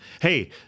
Hey